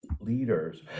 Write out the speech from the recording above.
leaders